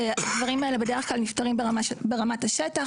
והדברים האלה, בדרך-כלל, נפתרים ברמת השטח.